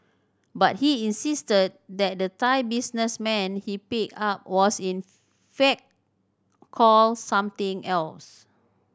but he insisted that the Thai businessman he picked up was in fact called something else